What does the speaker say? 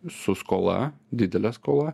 su skola didele skola